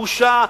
בושה.